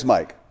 Mike